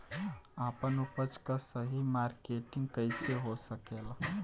आपन उपज क सही मार्केटिंग कइसे हो सकेला?